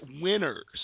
winners